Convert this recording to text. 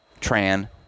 Tran